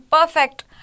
perfect